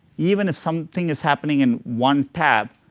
even if something is happening in one tab,